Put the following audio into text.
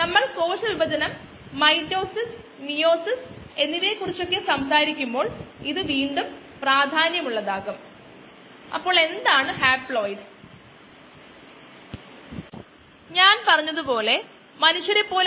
നമ്മൾ കണ്ട ബാച്ച് വളർച്ചയുടെ വിവിധ ഭാഗങ്ങൾ കോശങ്ങളുടെ സാന്ദ്രതയുടെ വ്യതിയാനം അതും ലാഗ് ടൈമിൽ ലോഗ് അതുപോലെ സ്റ്റേഷനറി ഫേസ്